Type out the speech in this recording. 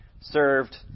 served